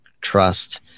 trust